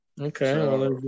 Okay